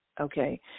okay